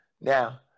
Now